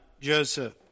Joseph